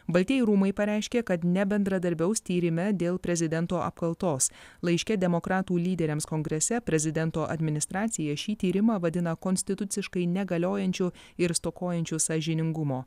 baltieji rūmai pareiškė kad nebendradarbiaus tyrime dėl prezidento apkaltos laiške demokratų lyderiams kongrese prezidento administracija šį tyrimą vadina konstituciškai negaliojančiu ir stokojančiu sąžiningumo